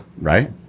Right